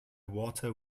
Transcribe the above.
water